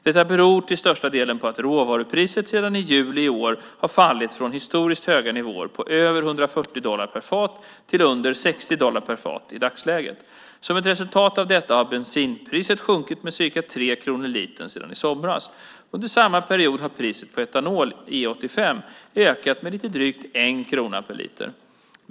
Detta beror till största delen på att råoljepriset sedan i juli i år har fallit från historiskt höga nivåer på över 140 dollar per fat till under 60 dollar per fat i dagsläget. Som ett resultat av detta har bensinpriset sjunkit med ca 3 kronor per liter sedan i somras. Under samma period har priset på etanol, E 85, ökat med lite drygt 1 krona per liter.